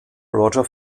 roger